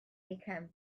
become